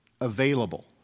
available